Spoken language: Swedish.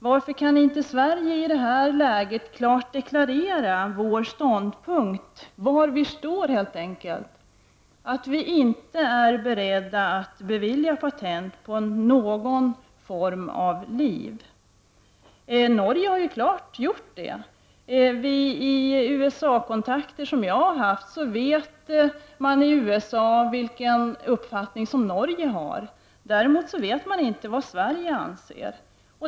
Varför kan inte vi i Sverige i detta läge helt enkelt klart deklarera var vi står, dvs. framföra att vi inte är beredda att bevilja patent för någon form av liv? I Norge har man ju klart uttalat detta. Enligt de USA-kontakter som jag har haft vet man i USA vilken uppfattning Norge har. Däremot vet man inte vad vi i Sverige anser.